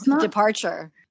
departure